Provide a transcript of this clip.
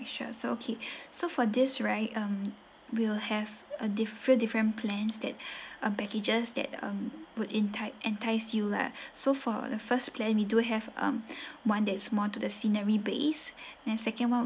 sure so okay so for this right um we'll have a different different plans that are packages that um would entice entice you lah so for the first plan we do have um one that's more to the scenery base and second one